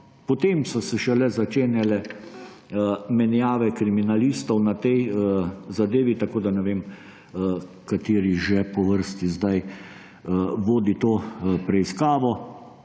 potem so se šele začenjale menjave kriminalistov na tej zadevi, tako da ne vem, kateri že po vrsti sedaj vodi to preiskavo.